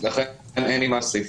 לכן אין לי מה להוסיף.